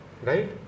Right